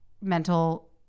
mental